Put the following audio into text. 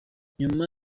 nyuma